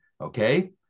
okay